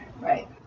Right